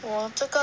我这个